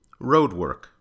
Roadwork